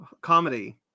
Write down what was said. comedy